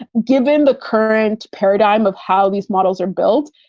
and given the current paradigm of how these models are built,